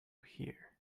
here